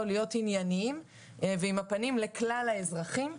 להיות ענייניים ועם הפנים לכלל האזרחים,